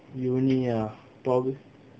uni ah proba~